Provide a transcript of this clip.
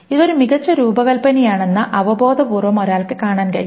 ഇത് ഒരു മികച്ച രൂപകൽപ്പനയാണെന്ന് അവബോധപൂർവ്വം ഒരാൾക്ക് കാണാൻ കഴിയും